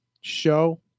show